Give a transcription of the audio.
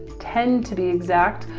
ten to be exact,